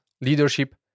leadership